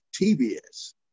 TBS